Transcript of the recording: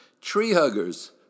tree-huggers